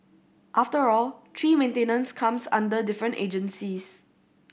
after all tree maintenance comes under different agencies